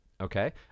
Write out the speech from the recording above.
Okay